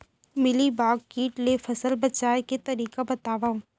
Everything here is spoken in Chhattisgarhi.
मिलीबाग किट ले फसल बचाए के तरीका बतावव?